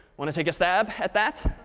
want to take a stab at that?